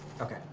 Okay